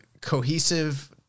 cohesive